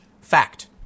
Fact